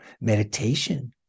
meditation